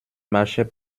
marchait